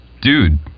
dude